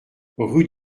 rue